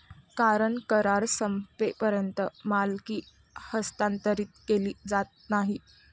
कारण करार संपेपर्यंत मालकी हस्तांतरित केली जात नाही